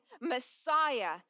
Messiah